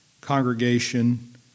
congregation